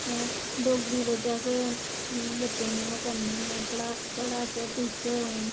डोगरी बिच अस बच्चें गी ओह् करने होन्ने पढ़ाचै टीचर